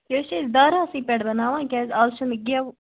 یہِ حظ چھِ أسۍ داراہَسٕے پٮ۪ٹھ بَناوان کیٛازِ اَز چھُناہ گٮ۪و